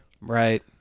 Right